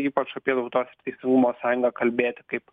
ypač apie tautos ir teisingumo sąjungą kalbėti kaip